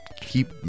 keep